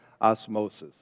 osmosis